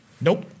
Nope